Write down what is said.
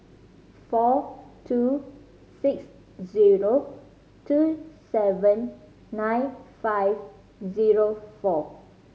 four two six zero two seven nine five zero four